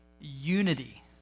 unity